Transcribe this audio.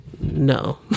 No